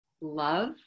love